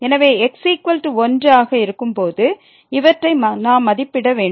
எனவே x1 ஆக இருக்கும்போது இவற்றை நாம் மதிப்பிட வேண்டும்